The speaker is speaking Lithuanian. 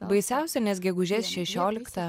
baisiausia nes gegužės šešioliktą